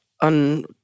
on